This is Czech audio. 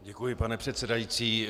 Děkuji, pane předsedající.